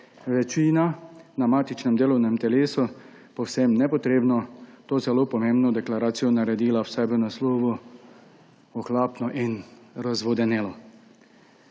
večina na matičnem delovnem telesu, povsem nepotrebno, to zelo pomembno deklaracijo naredila vsaj v naslovu ohlapno in razvodenelo.